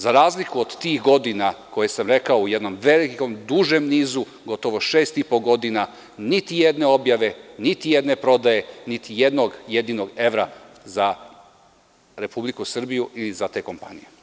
Za razliku od tih godina koje sam rekao u jednom velikom, dužem nizu, gotovo šest i po godina niti je jedne objave, niti jedne prodaje, niti jednog jedinog evra za Republiku Srbiju, ili za te kompanije.